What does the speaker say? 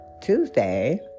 Tuesday